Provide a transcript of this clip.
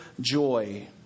joy